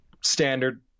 standard